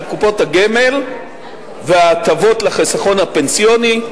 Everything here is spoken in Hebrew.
קופות הגמל וההטבות לחיסכון הפנסיוני.